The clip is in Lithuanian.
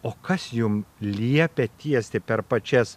o kas jum liepia tiesti per pačias